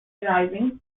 driving